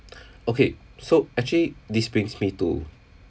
okay so actually this brings me to